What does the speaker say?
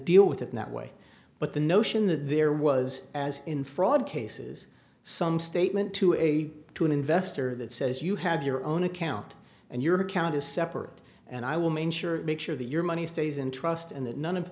deal with it that way but the notion that there was as in fraud cases some statement to a to an investor that says you have your own account and your account is separate and i will make sure make sure that your money stays in trust and that none of